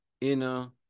inner